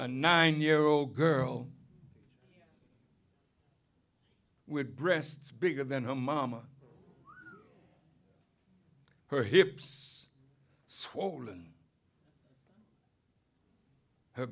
a nine year old girl with breasts bigger than her mama her hips swollen her